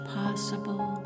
possible